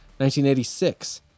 1986